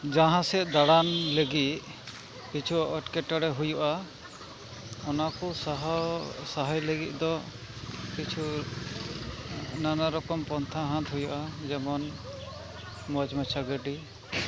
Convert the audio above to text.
ᱡᱟᱦᱟᱸ ᱥᱮᱫ ᱫᱟᱬᱟᱱ ᱞᱟᱹᱜᱤᱫ ᱠᱤᱪᱷᱩ ᱮᱸᱴᱠᱮᱴᱚᱬᱮ ᱦᱩᱭᱩᱜᱼᱟ ᱚᱱᱟ ᱠᱚ ᱥᱟᱦᱟᱭ ᱥᱟᱦᱟᱭ ᱞᱟᱹᱜᱤᱫ ᱫᱚ ᱠᱤᱪᱷᱩ ᱱᱟᱱᱟ ᱨᱚᱠᱚᱢ ᱯᱚᱱᱛᱷᱟ ᱦᱟᱛ ᱦᱩᱭᱩᱜᱼᱟ ᱡᱮᱢᱚᱱ ᱢᱚᱡᱽ ᱢᱚᱡᱟᱜ ᱜᱟᱹᱰᱤ